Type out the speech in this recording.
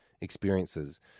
experiences